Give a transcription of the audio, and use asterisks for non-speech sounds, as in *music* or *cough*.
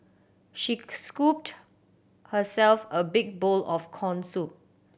she *unintelligible* scooped herself a big bowl of corn soup